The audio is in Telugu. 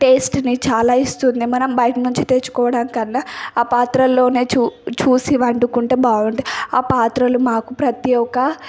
టేస్ట్ని చాలా ఇస్తుంది మనం బయట నుంచి తెచ్చుకోవడానికి అన్న ఆ పాత్రల్లోనే చూ చూసి వండుకుంటే బాగుంటుంది ఆ పాత్రలు మాకు ప్రతి ఒక్క